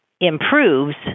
improves